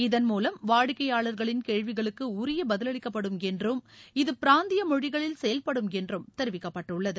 இதன்மூலம் வாடிக்கையாளர்களின் கேள்விகளுக்கு உரிய பதிலளிக்கப்படும் என்றும் இது பிராந்திய மொழிகளில் செயல்படும் என்றும் தெரிவிக்கப்பட்டுள்ளது